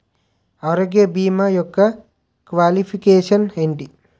ఆరోగ్య భీమా యెక్క క్వాలిఫికేషన్ ఎంటి?